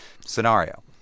scenario